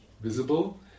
visible